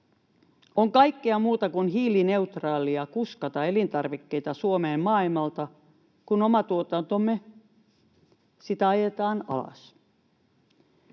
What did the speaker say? On kaikkea muuta kuin hiilineutraalia kuskata elintarvikkeita Suomeen maailmalta, kun omaa tuotantoamme ajetaan alas.